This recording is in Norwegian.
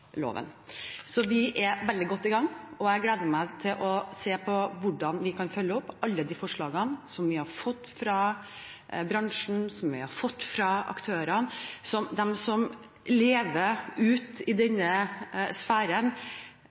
Vi er veldig godt i gang, og jeg gleder meg til å se på hvordan vi kan følge opp alle forslagene vi har fått fra bransjen og fra aktørene, og som de – som lever ute i denne sfæren